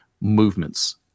movements